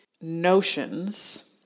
notions